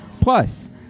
Plus